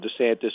DeSantis